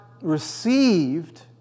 received